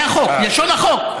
זה החוק, לשון החוק.